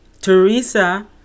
Teresa